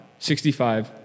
65